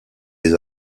les